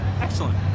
Excellent